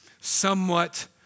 somewhat